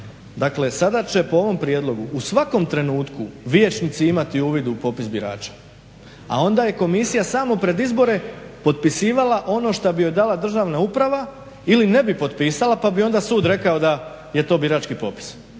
Dakle sada će po ovom prijedlogu u svakom trenutku vijećnici imati uvid u popis birača, a onda je komisija samo pred izbore potpisivala ono što bi joj dala državna uprava ili ne bi potpisala pa bi onda sud rekao da je to birački popis.